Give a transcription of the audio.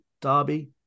derby